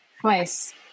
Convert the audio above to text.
Twice